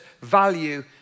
value